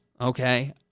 okay